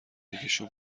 یکیشون